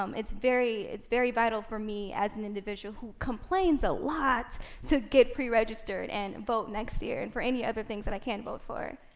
um it's very it's very vital for me as an individual who complains a lot to get pre-registered and vote next year and for any other things that i can't vote for.